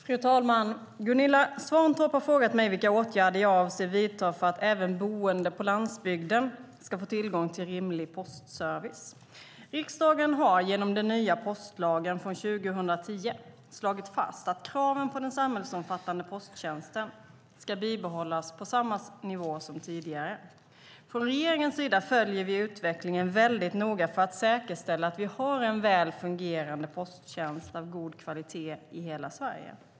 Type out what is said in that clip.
Fru talman! Gunilla Svantorp har frågat mig vilka åtgärder jag avser att vidta för att även boende på landsbygden ska få tillgång till rimlig postservice. Riksdagen har genom den nya postlagen från 2010 slagit fast att kraven på den samhällsomfattande posttjänsten ska bibehållas på samma nivå som tidigare. Från regeringens sida följer vi utvecklingen väldigt noga för att säkerställa att vi har en väl fungerande posttjänst av god kvalitet i hela Sverige.